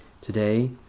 today